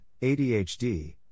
ADHD